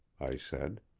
i said.